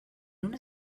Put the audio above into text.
una